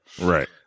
Right